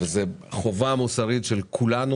ויש לכולנו חובה מוסרית לטפל בזה.